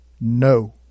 no